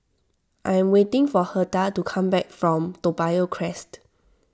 I am waiting for Hertha to come back from Toa Payoh Crest